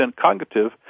cognitive